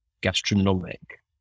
gastronomic